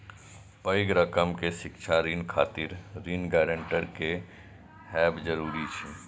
पैघ रकम के शिक्षा ऋण खातिर ऋण गारंटर के हैब जरूरी छै